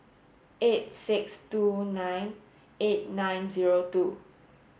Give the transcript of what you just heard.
eight six two nine eight nine zero two